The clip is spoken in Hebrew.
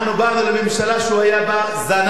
אנחנו באנו לממשלה שהוא היה בה זנב.